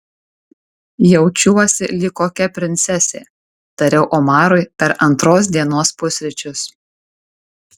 jaučiuosi lyg kokia princesė tariau omarui per antros dienos pusryčius